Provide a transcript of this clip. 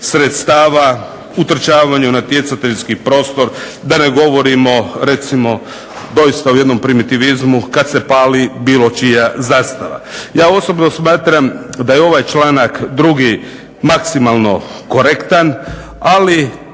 sredstava, utrčavanju u natjecateljski prostor, da ne govorimo recimo doista o jednom primitivizmu kada se pali bilo čija zastava. Ja osobno smatram da je ovaj članak 2. maksimalno korektan, ali